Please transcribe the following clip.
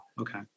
Okay